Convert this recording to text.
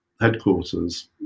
headquarters